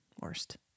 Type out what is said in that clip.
worst